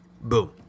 Boom